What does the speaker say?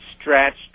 stretched